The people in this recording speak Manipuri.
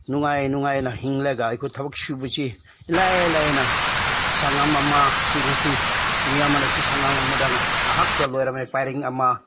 ꯅꯨꯡꯉꯥꯏ ꯅꯨꯡꯉꯥꯏꯅ ꯍꯤꯡꯂꯒ ꯑꯩꯈꯣꯏ ꯊꯕꯛ ꯁꯨꯕꯁꯤ ꯏꯂꯥꯏ ꯂꯥꯏꯅ ꯁꯪꯉꯝ ꯑꯃ ꯁꯤ ꯉꯁꯤ ꯃꯤ ꯑꯃꯅꯁꯨ ꯁꯪꯉꯝ ꯑꯃꯗ ꯉꯥꯏꯍꯥꯛꯇ ꯂꯣꯏꯔꯝꯃꯦ ꯄꯔꯤ ꯑꯃ